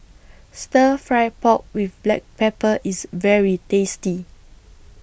Stir Fried Pork with Black Pepper IS very tasty